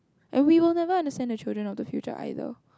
and we will never understand the children of the future either